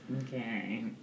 Okay